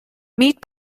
meat